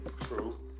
True